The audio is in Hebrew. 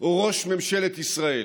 או ראש ממשלת ישראל?